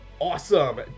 awesome